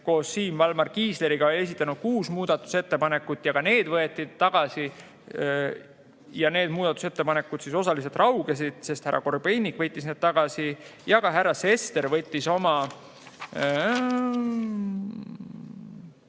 koos Siim Valmar Kiisleriga oli esitanud kuus muudatusettepanekut ja ka need võeti tagasi. Need muudatusettepanekud osaliselt raugesid, sest härra Korobeinik võttis need tagasi, ja ka härra Sester võttis oma